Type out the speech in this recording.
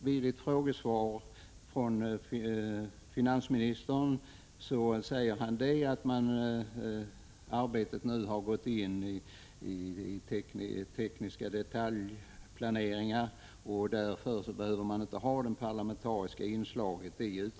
Vid en frågedebatt här i kammaren sade finansministern att arbetet nu har gått in i ett skede av teknisk detaljplanering och att utredningen därför inte behöver ha ett parlamentariskt inslag.